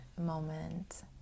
moment